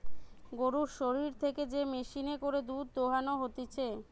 গরুর শরীর থেকে যে মেশিনে করে দুধ দোহানো হতিছে